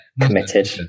committed